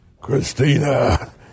Christina